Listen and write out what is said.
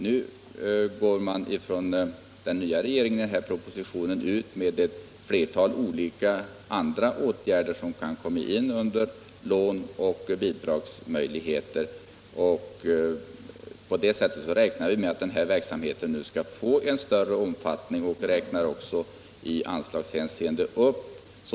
Nu föreslår den nya regeringen ett flertal olika åtgärder som kan komma in under låneoch bidragsbestämmelserna. På det sättet räknar vi med att verksamheten skall få större omfattning, och vi räknar också upp anslagen.